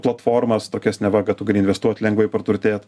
platformas tokias neva kad tu gali investuot lengvai praturtėt